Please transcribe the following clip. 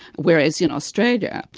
whereas in australia,